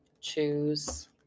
choose